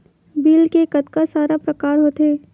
Bill के कतका सारा प्रकार होथे?